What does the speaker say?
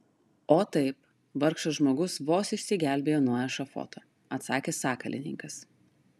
o taip vargšas žmogus vos išsigelbėjo nuo ešafoto atsakė sakalininkas